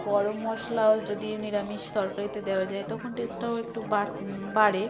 গরম মশলাও যদি নিরামিষ তরকারিতে দেওয়া যায় তখন টেস্টটাও একটু বাড়ে